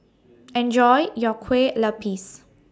Enjoy your Kueh Lupis